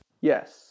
Yes